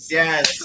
yes